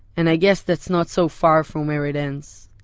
and i guess that's not so far from where it ends.